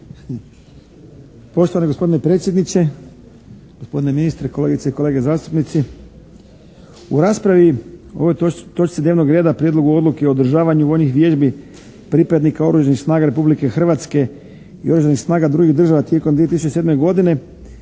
Poštovani gospodine predsjedniče, gospodine ministre, kolegice i kolege zastupnici! U raspravi o ovoj točci dnevnog reda Prijedlogu odluke o održavanju vojnih vježbi pripadnika Oružanih snaga Republike Hrvatske i oružanih snaga drugih država tijekom 2007. godine